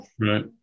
right